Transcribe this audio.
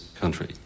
country